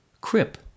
Crip